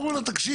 אומרים לו תקשיב,